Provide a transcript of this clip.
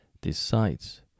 decides